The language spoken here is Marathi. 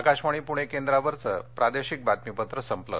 आकाशवाणी पुणे केंद्रावरचं प्रादेशिक बातमीपत्र संपलं